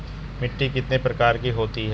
मिट्टी कितने प्रकार की होती हैं?